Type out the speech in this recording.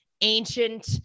ancient